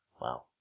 Wow